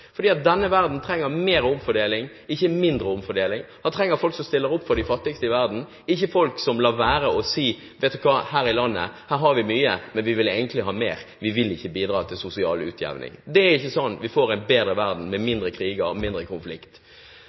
fordi denne verden trenger mer omfordeling, ikke mindre omfordeling. Vi trenger folk som stiller opp for de fattigste i verden, ikke folk som lar være, og som sier: Vet du hva, her i landet har vi mye, men vi vil egentlig ha mer – vi vil ikke bidra til sosial utjevning. Det er ikke sånn vi får en bedre verden med mindre krig og mindre konflikt.